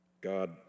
God